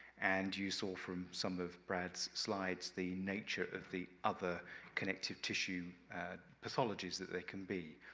and you saw from some of brad's slides, the nature of the other connective tissue pathologies that they can be.